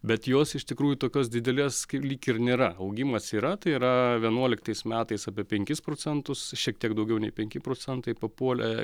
bet jos iš tikrųjų tokios didelės lyg ir nėra augimas yra tai yra vienuoliktais metais apie penkis procentus šiek tiek daugiau nei penki procentai papuolė